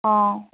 অঁ